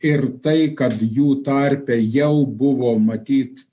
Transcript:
ir tai kad jų tarpe jau buvo matyt